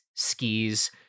Skis